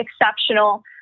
exceptional